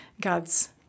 God's